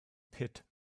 pit